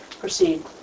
proceed